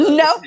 no